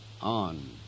on